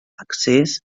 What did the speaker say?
accés